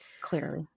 clearly